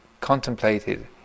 contemplated